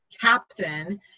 captain